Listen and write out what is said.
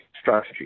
strategy